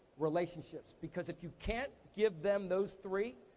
relationships. because if you can't give them those three,